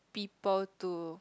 people to